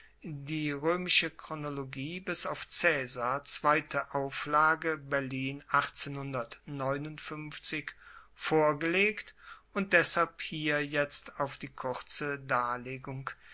die roemische chronologie bis auf caesar zweite auflage berlin vorgelegt und deshalb hier jetzt auf die kurze darlegung